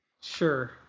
Sure